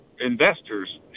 investors